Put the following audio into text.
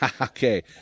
okay